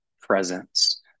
Presence